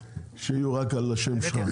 שיהיו רק על השם שלך.